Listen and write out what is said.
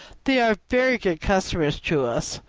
they are very good customers to us.